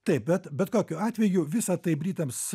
taip bet bet kokiu atveju visa tai britams